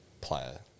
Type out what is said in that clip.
player